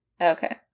Okay